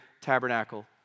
tabernacle